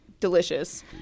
Delicious